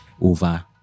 over